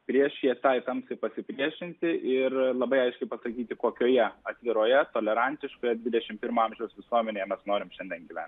prieš tai tamsai pasipriešinti ir labai aiškiai pasakyti kokioje atviroje tolerantiškoje dvidešimt pirmo amžiaus visuomenėje mes norim šiandien gyventi